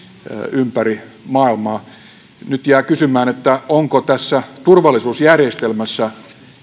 ympäri maailmaa on kiusallinen ja aivan eriskummallinen asia nyt jää kysymään onko tässä turvallisuusjärjestelmässä